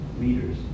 leaders